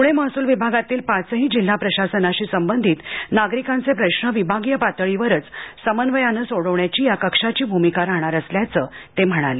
प्णे महसूल विभागातील पाचही जिल्ह्य प्रशासनाशी संबंधित नागरिकांचे प्रश्न विभागीय पातळीवरच समन्वयाने सोडवण्याची या कक्षाची भूमिका राहणार असल्याचंही ते म्हणाले